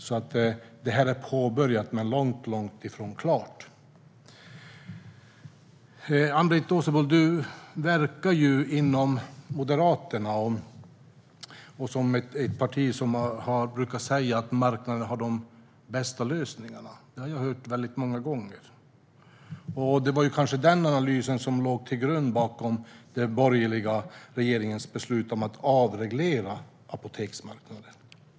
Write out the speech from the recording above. Utflyttningen är alltså påbörjad men långt ifrån klar. Ann-Britt Åsebol verkar ju inom Moderaterna, ett parti som brukar säga att marknaden har de bästa lösningarna - det har jag hört väldigt många gånger. Det var kanske den analysen som låg till grund för den borgerliga regeringens beslut att avreglera apoteksmarknaden.